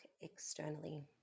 externally